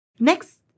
Next